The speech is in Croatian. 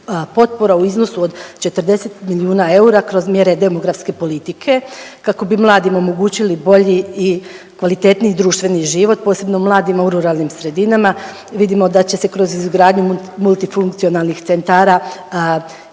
potpora u iznosu od 40 milijuna eura kroz mjere demografske politike kako bi mladima omogućili bolji i kvalitetniji društveni život posebno mladima u ruralnim sredinama. Vidimo da će se kroz izgradnju multifunkcionalnih centara